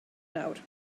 nawr